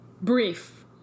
Brief